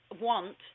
want